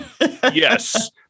Yes